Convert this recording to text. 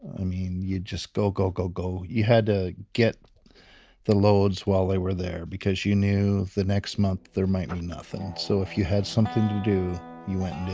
i mean you just go, go, go, go. you had to get the loads while they were there because you knew the next month there might be nothing. so if you had something to do you went